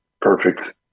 perfect